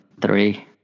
three